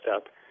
step